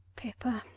pippa,